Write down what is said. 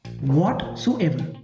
Whatsoever